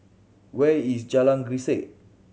where is Jalan Grisek